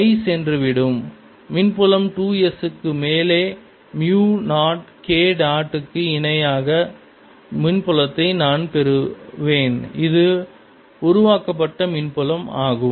by சென்றுவிடும் மின்புலம் 2 S க்கு மேலே மியூ 0 K டாட் க்கு இணையாக மின்புலத்தை நான் பெறுவேன் இது உருவாக்கப்பட்ட மின்புலம் ஆகும்